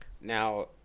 now